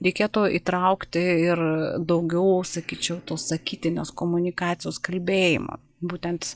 reikėtų įtraukti ir daugiau sakyčiau tos sakytinios komunikacijos kalbėjimo būtent